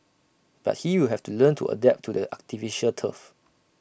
but he will have to learn to adapt to the artificial turf